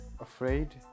afraid